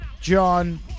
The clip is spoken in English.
john